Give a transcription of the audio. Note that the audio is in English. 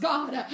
God